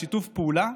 בשיתוף פעולה,